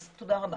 אז תודה רבה.